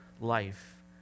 life